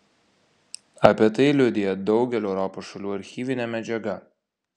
apie tai liudija daugelio europos šalių archyvinė medžiaga